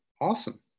Awesome